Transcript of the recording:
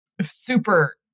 super